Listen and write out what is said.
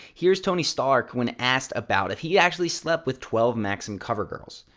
here's tony stark when asked about if he actually slept with twelve maxim cover girls.